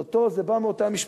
זה בא מאותה משפחה.